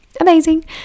amazing